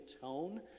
tone